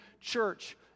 church